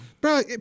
Bro